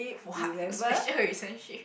what special relationship